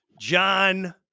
John